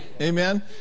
Amen